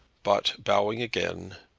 but bowing again,